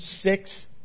six